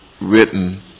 written